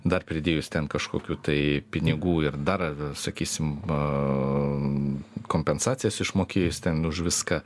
dar pridėjus ten kažkokių tai pinigų ir dar ar sakysim kompensacijas išmokėjus ten už viską